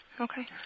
Okay